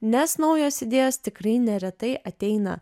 nes naujos idėjos tikrai neretai ateina